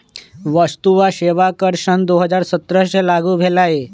वस्तु आ सेवा कर सन दू हज़ार सत्रह से लागू भेलई